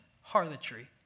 harlotry